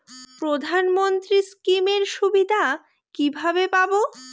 প্রধানমন্ত্রী স্কীম এর সুবিধা কিভাবে পাবো?